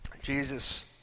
Jesus